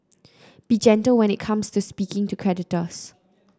be gentle when it comes to speaking to creditors